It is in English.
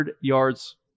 yards